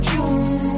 June